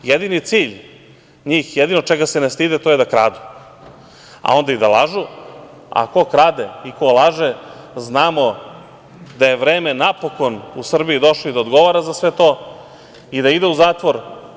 Jedini cilj njih, jedino čega se ne stide to je da kradu, a onda i da lažu, a ko krade i ko laže znamo da je vreme napokon u Srbiji došlo i da odgovora za sve to i da ide u zatvor.